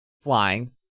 Flying